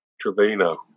Trevino